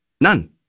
None